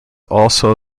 also